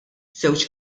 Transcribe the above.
żewġ